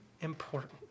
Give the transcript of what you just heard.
important